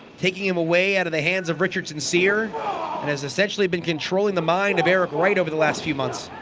taking him away out of the hands of richard and syncyr and has essentially been controlling the mind of eric right over the last few months